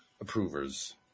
approvers